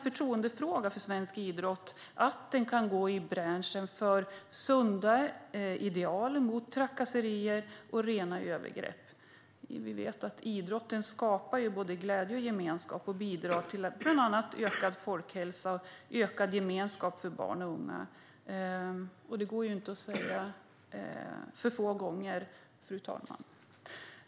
Att svensk idrott kan gå i bräschen för sunda ideal och gå emot trakasserier och rena övergrepp är också en förtroendefråga. Vi vet att idrotten skapar glädje och gemenskap och bidrar till bland annat förbättrad folkhälsa och ökad gemenskap för barn och unga. Detta kan man inte säga för många gånger, fru talman.